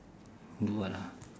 do what ah